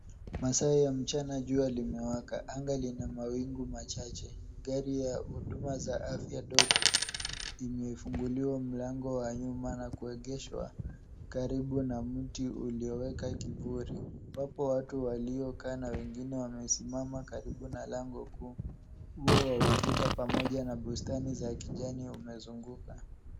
Masaa ya mchana jua limewaka. Anga lina mawingu machache. Gari ya huduma za afya ndogo imefunguliwa mlango wa nyuma na kuegeshwa karibu na miti ulioweka kivuli. Wako watu waliokaa na wengine wamesimama karibu na lango kuu. Ua wa ukuta pamoja na bustani za kijani umezunguka.